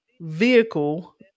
vehicle